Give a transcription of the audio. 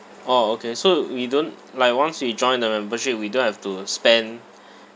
orh okay so we don't like once we join the membership we don't have to spend